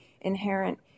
inherent